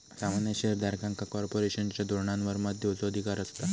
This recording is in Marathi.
सामान्य शेयर धारकांका कॉर्पोरेशनच्या धोरणांवर मत देवचो अधिकार असता